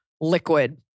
liquid